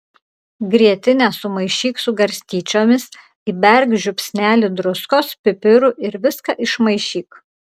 grietinę sumaišyk su garstyčiomis įberk žiupsnelį druskos pipirų ir viską išmaišyk